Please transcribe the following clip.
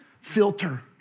Filter